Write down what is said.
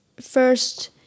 first